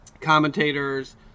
commentators